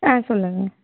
ஆ சொல்லுங்கள்